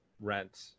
rent